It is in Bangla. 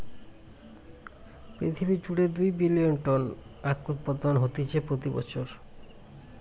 পৃথিবী জুড়ে দুই বিলিয়ন টন আখউৎপাদন হতিছে প্রতি বছর